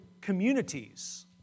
communities